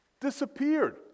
disappeared